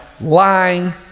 lying